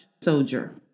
soldier